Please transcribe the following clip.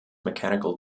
mechanical